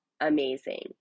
amazing